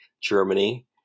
Germany